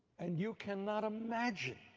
and you cannot imagine